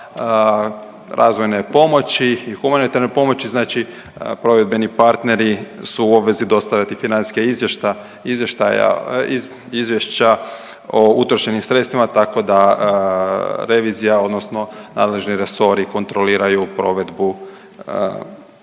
razvojne pomoći i humanitarne pomoći znači provedbeni partneri su u obvezi dostavljati financijske izvještaje, izvješća o utrošenim sredstvima tako da revizija odnosno nadležni resori kontroliraju provedbu